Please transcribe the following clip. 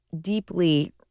deeply